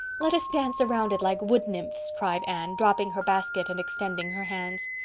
let us dance around it like wood-nymphs, cried anne, dropping her basket and extending her hands.